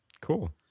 Cool